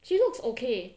she looks okay